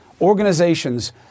Organizations